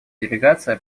делегация